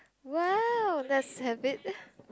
!wow! let's have it